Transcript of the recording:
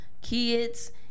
kids